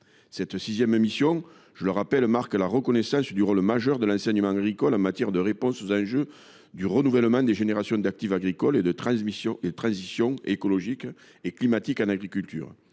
Cette sixième mission, je le rappelle, marque la reconnaissance du rôle majeur de l’enseignement agricole en matière de réponse aux enjeux du renouvellement des générations d’actifs agricoles et des transitions écologique et climatique en agriculture,